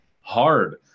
hard